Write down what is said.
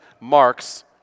marks